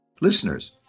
Listeners